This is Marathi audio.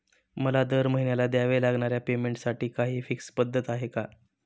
मला दरमहिन्याला द्यावे लागणाऱ्या पेमेंटसाठी काही फिक्स पद्धत आहे का?